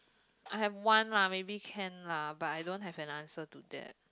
I have one lah maybe can lah but I don't have an answer to that